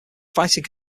fighting